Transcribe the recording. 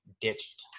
ditched